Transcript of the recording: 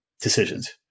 decisions